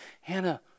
Hannah